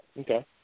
Okay